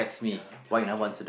ya uh I guess